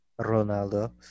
Ronaldo